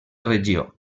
regió